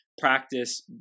practice